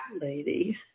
Lady